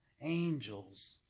angels